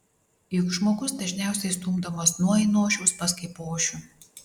juk žmogus dažniausiai stumdomas nuo ainošiaus pas kaipošių